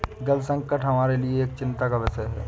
जल संकट हमारे लिए एक चिंता का विषय है